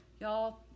Y'all